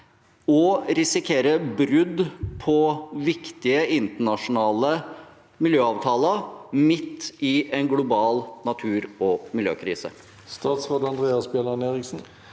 og risikerer brudd på viktige internasjonale miljøavtaler midt i en global natur- og miljøkrise?